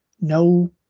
No